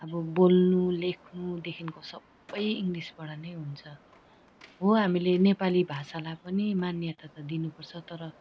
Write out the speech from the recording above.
अब बोल्नु लेख्नुदेखिको सबै इङ्गलिसबाट नै हुन्छ हो हामीले नेपाली भाषालाई पनि मान्यता त दिनुपर्छ तर